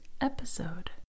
episode